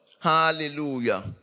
Hallelujah